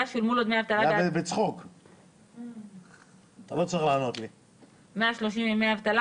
שולמו לו דמי אבטלה בעד 130 ימי אבטלה,